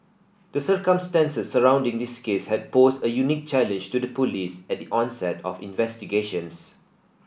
the circumstances surrounding this case had posed a unique challenge to the Police at the onset of investigations